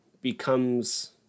becomes